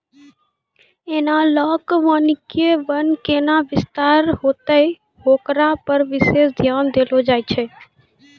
एनालाँक वानिकी वन कैना विस्तार होतै होकरा पर विशेष ध्यान देलो जाय छै